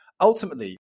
ultimately